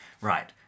Right